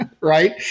right